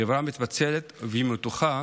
חברה מתפצלת ומתוחה